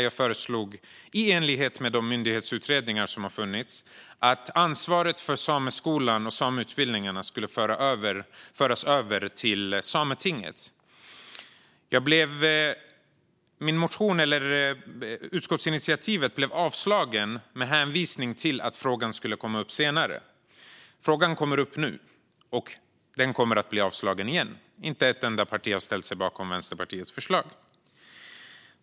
Jag föreslog i enlighet med de myndighetsutredningar som har gjorts att ansvaret för sameskolan och sameutbildningarna skulle föras över till Sametinget. Utskottsinitiativet blev avslaget med hänvisning till att frågan skulle komma upp senare. Frågan kommer upp nu, och förslaget kommer att avslås igen. Inte ett enda parti har ställt sig bakom Vänsterpartiets förslag.